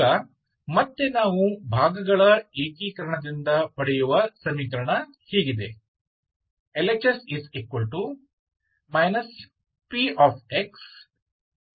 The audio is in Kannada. ಈಗ ಮತ್ತೆ ನಾವು ಭಾಗಗಳ ಏಕೀಕರಣದಿಂದ ಪಡೆಯುವ ಸಮೀಕರಣ ಹೀಗಿದೆ L